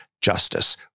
justice